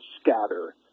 scatter